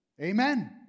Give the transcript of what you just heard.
Amen